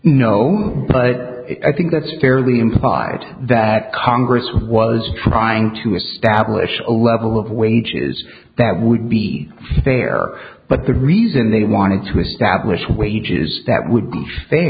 know but i think that's fairly implied that congress was trying to establish a level of wages that would be fair but the reason they wanted to establish wages that would be